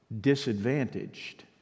disadvantaged